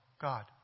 God